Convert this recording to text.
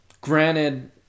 granted